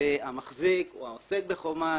שהמחזיק או העוסק בחומ"ס